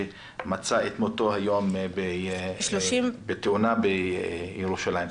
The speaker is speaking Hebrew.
שמצא את מותו היום בתאונה בירושלים.